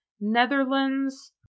Netherlands